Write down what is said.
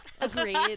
Agreed